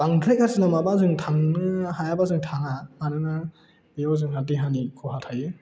बांद्राय गाज्रि लामाबा जों थांनो हायाबा जों थाङा मानोना बेयाव जोंहा देहानि खहा थायो